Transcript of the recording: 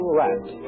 rat